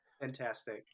fantastic